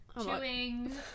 chewing